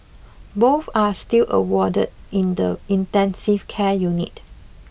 both are still awarded in the intensive care unit